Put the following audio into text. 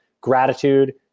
gratitude